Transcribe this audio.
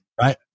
right